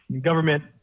government